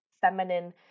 feminine